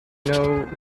know